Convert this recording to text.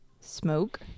smoke